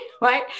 right